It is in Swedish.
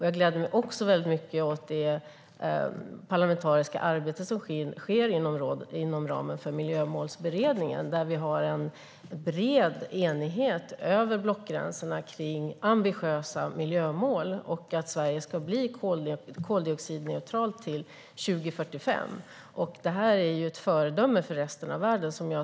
Jag gläds också åt det parlamentariska arbete som sker inom Miljömålsberedningen, där vi har en bred enighet över blockgränserna kring ambitiösa miljömål och kring att Sverige ska bli koldioxidneutralt till 2045. Det är ett föredöme för resten av världen.